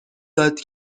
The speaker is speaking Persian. داد